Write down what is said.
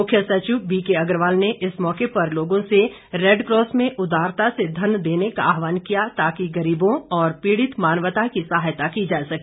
मुख्य सचिव बीके अग्रवाल ने इस मौके पर लोगों से रेडक्रॉस में उदारता से धन देने का आहवान किया ताकि गरीबों व पीडित मानवता की सहायता की जा सके